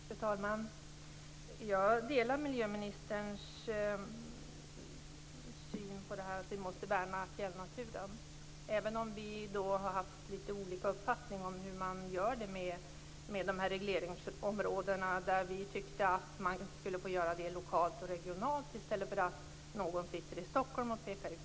Fru talman! Jag delar miljöministerns uppfattning att vi måste värna fjällnaturen, även om vi har haft litet skilda meningar om hur det skall ske. Jag tänker då på regleringsområdena. Vi tyckte att man skulle få peka ut dem lokalt och regionalt i stället för att någon sitter i Stockholm och gör det.